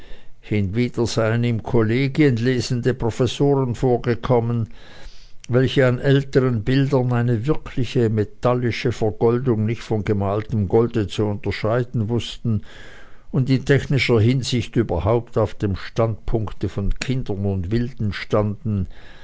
hinwieder seien ihm kollegien lesende professoren vorgekommen welche an älteren bildern eine wirkliche metallische vergoldung nicht von gemaltem golde zu unterscheiden wußten und in technischer hinsicht überhaupt auf dem standpunkte von kindern und wilden standen